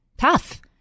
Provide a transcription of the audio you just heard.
tough